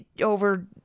over